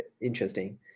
interesting